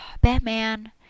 Batman